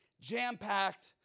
jam-packed